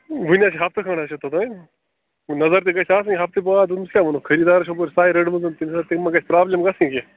ؤنۍ ہہ چھِ ہفتہٕ کھنٛڈ ہہ چھِ تۄتانۍ نظر تہِ گژھِ آسٕنۍ ہفتہٕ بعد تٔمِس کیٛاہ وَنَو خریٖدار چھِ ہَپٲرۍ سٕے رٔٹمٕژ تٔمِس ما گژھِ پرابلِم گژھٕنۍ کیٚنہہ